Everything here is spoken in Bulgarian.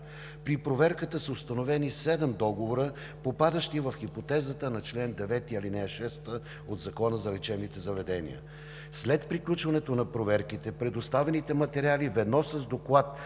При проверката са установени седем договора, попадащи в хипотезата на чл. 9, ал. 6 от Закона за лечебните заведения. След приключването на проверките, предоставените материали, ведно с доклад